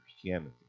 Christianity